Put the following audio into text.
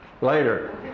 Later